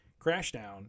crashdown